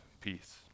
Peace